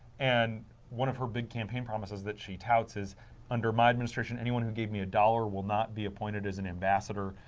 and one of her big campaign promises that she houses under my administration anyone who gave me a dollar will not be appointed as an and so boz.